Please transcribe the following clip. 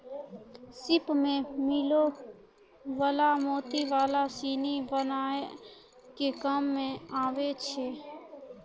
सिप सें मिलै वला मोती माला सिनी बनाय के काम में आबै छै